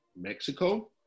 Mexico